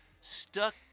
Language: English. stuck